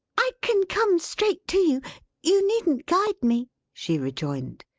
i can come straight to you! you needn't guide me! she rejoined.